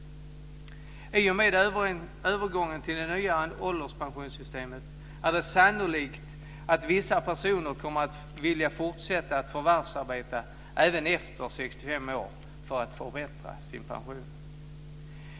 I och med övergången till det nya ålderspensionssystemet är det sannolikt att vissa personer kommer att vilja fortsätta att förvärvsarbeta även efter 65 år för att förbättra sin pension.